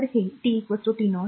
तर हे tt0 t